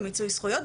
במיצוי זכויות,